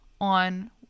on